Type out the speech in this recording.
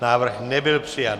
Návrh nebyl přijat.